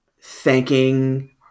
thanking